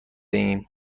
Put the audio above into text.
ایم